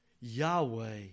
Yahweh